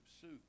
suit